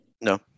No